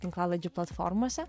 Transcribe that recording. tinklalaidžių platformose